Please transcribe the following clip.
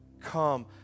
Come